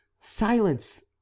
silence